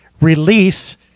release